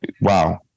wow